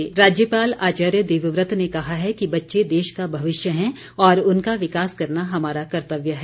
राज्यपाल राज्यपाल आचार्य देवव्रत ने कहा है कि बच्चे देश का भविष्य हैं और उनका विकास करना हमारा कर्तव्य है